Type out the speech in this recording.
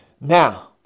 now